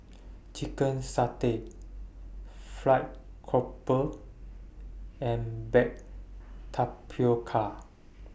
Chicken Satay Fried Grouper and Baked Tapioca